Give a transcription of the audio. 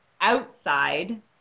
outside